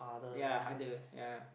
ya harder ya